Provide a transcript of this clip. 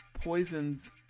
poisons